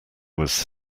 was